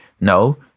No